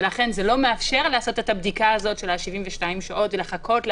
לכן זה לא מאפשר לעשות את הבדיקה של ה-72 שעות ולעשות את